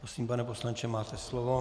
Prosím, pane poslanče, máte slovo.